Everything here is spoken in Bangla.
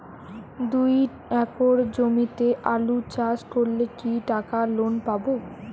দুই একর জমিতে আলু চাষ করলে কি টাকা লোন পাবো?